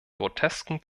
grotesken